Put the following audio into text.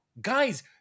guys